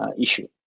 issue